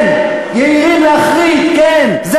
כן, יהירים להחריד.